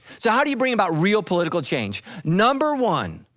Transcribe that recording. so how do you bring about real political change? number one,